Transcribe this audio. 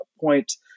point